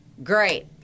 Great